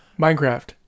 Minecraft